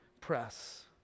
press